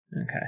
Okay